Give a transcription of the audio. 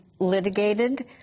litigated